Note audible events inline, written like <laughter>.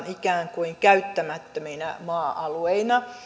<unintelligible> ikään kuin käyttämättöminä maa alueina